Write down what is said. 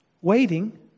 Waiting